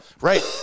Right